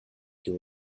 your